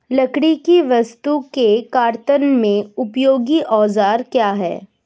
लकड़ी की वस्तु के कर्तन में उपयोगी औजार क्या हैं?